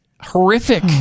Horrific